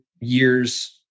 years